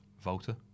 Volta